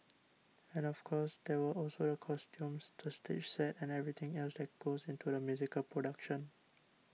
and of course there were also the costumes the stage sets and everything else that goes into a musical production